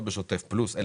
לא בשוטף פלוס.